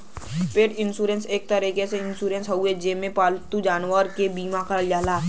पेट इन्शुरन्स एक तरे क इन्शुरन्स हउवे जेमन पालतू जानवरन क बीमा करल जाला